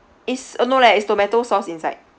is uh no leh is tomato sauce inside